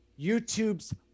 YouTube's